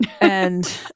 and-